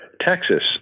Texas